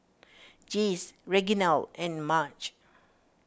Jase Reginald and Marge